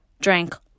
drank